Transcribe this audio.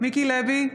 מיקי לוי,